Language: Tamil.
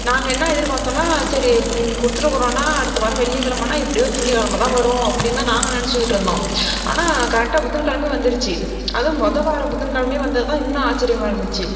நாங்கள் என்ன எதிர்பார்த்தோன்னா சரி கொடுத்துருக்குறோன்னா அடுத்த வாரம் வெள்ளிக்கிழமனா எப்படியும் திங்ககிழமதான் வரும் அப்படின்னு தான் நாங்கள் நினச்சிக்கிட்ருந்தோம் ஆனால் கரெக்டாக புதன்கெழமை வந்துருச்சு அதுவும் மொதல் வாரம் புதன் கிழமையே வந்ததுதான் இன்னமும் ஆச்சரியமா இருந்துச்சு